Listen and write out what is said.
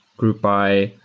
group by,